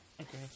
okay